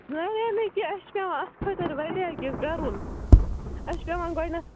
نہَ نہَ نہَ کہِ اَسہِ چھِ پٮ۪وان اَتھ خٲطٕر واریاہ کیٚںٛہہ کَرُن اَسہِ چھِ پٮ۪وان گۄڈٕنٮ۪تھ